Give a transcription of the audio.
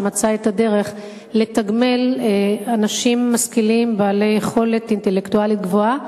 שמצא את הדרך לתגמל אנשים משכילים בעלי יכולת אינטלקטואלית גבוהה,